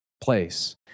place